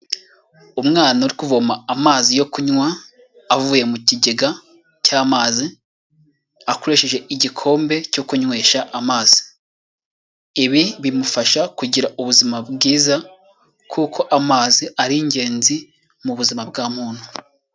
Umwana uri kuvoma amazi yo kunywa avuye mu kigega cy'amazi akoresheje igikombe cyo kunywesha amazi ibi bimufasha kugira ubuzima bwiza kuko amazi ari ingenzi mu buzima bwa muntu.